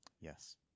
Yes